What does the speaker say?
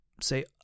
say